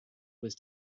was